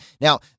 Now